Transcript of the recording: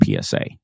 PSA